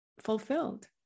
fulfilled